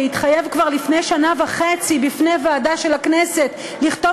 שהתחייב כבר לפני שנה וחצי בפני ועדה של הכנסת לכתוב